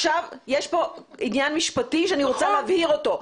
יש פה עניין משפטי שאני רוצה להבהיר אותו.